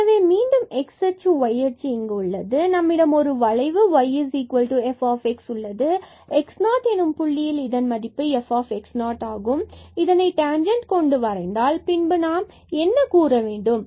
எனவே மீண்டும் x அச்சு மற்றும் y அச்சு இங்கு உள்ளது பின்பு நம்மிடம் ஒரு வளைவு yf உள்ளது இந்த x0 புள்ளியில் இதன் மதிப்பு f ஆகும் இதனை கொண்டு வரைந்தால் பின்பு நாம் என்ன கூற வேண்டும்